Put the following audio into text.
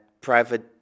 private